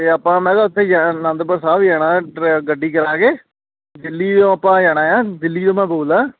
ਅਤੇ ਆਪਾਂ ਮੈ ਕਿਹਾ ਉੱਥੇ ਜਾਣਾ ਆਨੰਦਪੁਰ ਸਾਹਿਬ ਜਾਣਾ ਟਰੈ ਗੱਡੀ ਕਰਾ ਕੇ ਦਿੱਲੀ ਤੋਂ ਆਪਾ ਜਾਣਾ ਆ ਦਿੱਲੀ ਤੋਂ ਮੈਂ ਬੋਲਦਾ